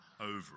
over